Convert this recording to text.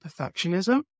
perfectionism